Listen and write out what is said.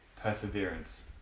Perseverance